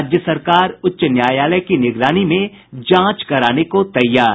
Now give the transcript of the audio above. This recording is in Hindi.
राज्य सरकार उच्च न्यायालय की निगरानी में जांच कराने को तैयार